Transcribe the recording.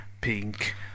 pink